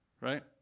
right